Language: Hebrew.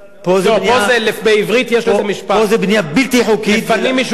בעברית יש לזה משפט: לפנים משורת הדין.